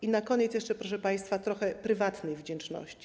I na koniec jeszcze, proszę państwa, trochę prywatnej wdzięczności.